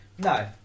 No